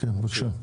טוב, כן, בבקשה.